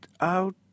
out